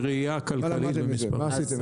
מה התועלת הציבורית בראייה כלכלית ומספרית?